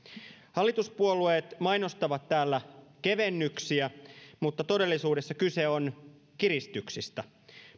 hallituspuolueet mainostavat täällä kevennyksiä mutta todellisuudessa kyse on kiristyksistä